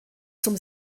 zum